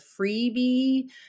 freebie